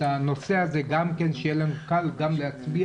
הנושא הזה גם כן שיהיה לנו קל להצביע,